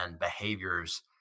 behaviors